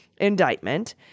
indictment